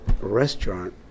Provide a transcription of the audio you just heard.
restaurant